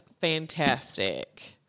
fantastic